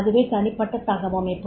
அதுவே தனிப்பட்ட தகவமைப்பு